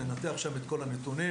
ננתח שם את כל הנתונים,